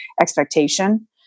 expectation